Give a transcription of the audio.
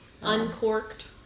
uncorked